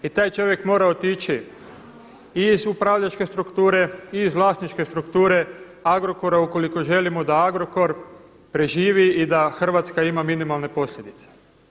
I taj čovjek mora otići i iz upravljačke strukture i iz vlasničke strukture Agrokora ukoliko želimo da Agrokor preživi i da Hrvatska ima minimalne posljedice.